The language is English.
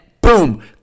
boom